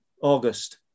August